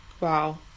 Wow